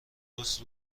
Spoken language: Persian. درست